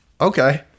Okay